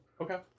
Okay